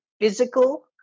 physical